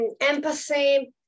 empathy